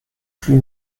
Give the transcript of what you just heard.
plus